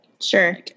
Sure